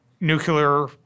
nuclear